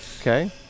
Okay